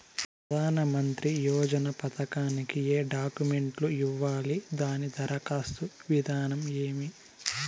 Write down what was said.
ప్రధానమంత్రి యోజన పథకానికి ఏ డాక్యుమెంట్లు ఇవ్వాలి దాని దరఖాస్తు విధానం ఏమి